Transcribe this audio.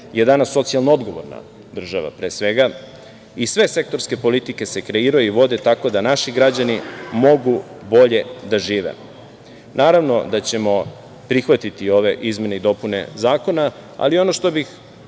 je danas socijalno odgovorna država pre svega i sve sektorske politike se kreiraju i vode tako da naši građani mogu bolje da žive. Naravno da ćemo prihvatiti ove izmene i dopune Zakona, ali ono što bih